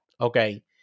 okay